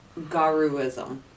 garuism